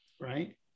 right